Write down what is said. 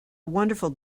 wonderful